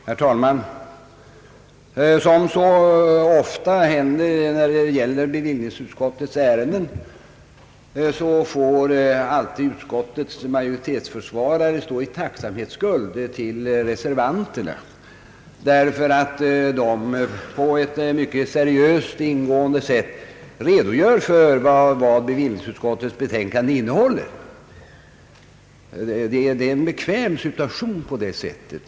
Herr talman! Som så ofta händer när det gäller bevillningsutskottets ärenden får försvararen av utskottets majoritet stå i tacksamhetsskuld till reservanterna därför att de på ett mycket seriöst och ingående sätt redogör för vad bevillningsutskottets betänkande innehåller. Det är en bekväm situation.